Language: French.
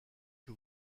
que